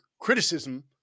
criticism